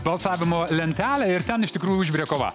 balsavimo lentelę ir ten iš tikrųjų užvirė kova